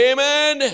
Amen